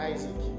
Isaac